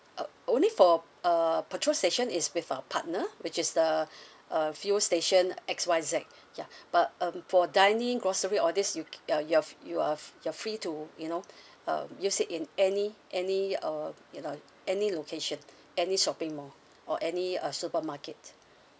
uh only for err petrol station is with our partner which is the uh fuel station X Y Z ya but um for dining grocery all these you uh you've you are f~ you're free to you know um use it in any any uh you know any location any shopping mall or any uh supermarket